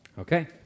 Okay